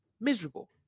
miserable